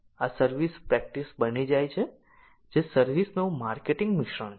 આ service practice બની જાય છે જે સર્વિસ નું માર્કેટિંગ મિશ્રણ છે